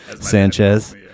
sanchez